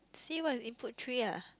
see what is input three ah